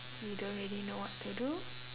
we don't really know what to do